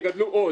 יגדלו עוד.